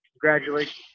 Congratulations